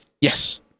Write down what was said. Yes